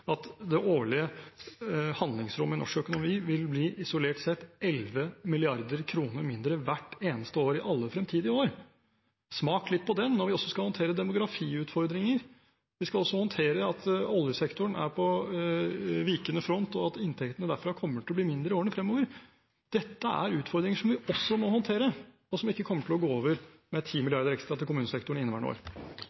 at det årlige handlingsrommet i norsk økonomi isolert sett vil bli 11 mrd. kr mindre hvert eneste år i alle fremtidige år. Smak litt på den, når vi også skal håndtere demografiutfordringer, når vi også skal håndtere at oljesektoren er på vikende front, og at inntektene derfra kommer til å bli mindre i årene fremover. Dette er utfordringer som vi også må håndtere, og som ikke kommer til å gå over med